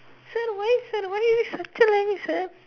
sir why sir why are you sir